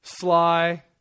Sly